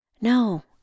No